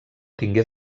tingué